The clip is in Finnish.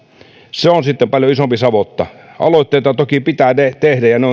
se on sitten paljon isompi savotta aloitteita toki pitää tehdä ja ne